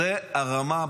זו הרמה.